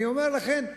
אני אומר לכם,